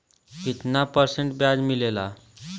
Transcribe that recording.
कितना परसेंट ब्याज मिलेला?